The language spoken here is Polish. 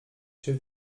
się